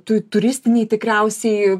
tu turistiniai tikriausiai